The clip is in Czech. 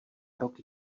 roky